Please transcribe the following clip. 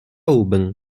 aubin